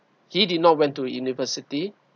he did not went to university